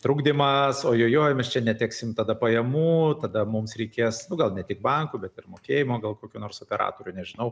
trukdymas ojojoj mes čia neteksim tada pajamų tada mums reikės nu gal ne tik bankų bet ir mokėjimo gal kokių nors operatorių nežinau